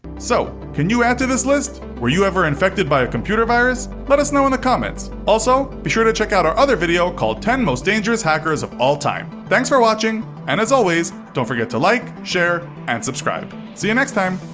so can you add to this list? were you ever infected by a computer virus? let us know in the comments? also, be sure to check out our other video called ten most dangerous hackers of all time. thanks for watching and as always don't forget to like share and subscribe. see you next time